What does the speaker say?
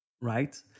right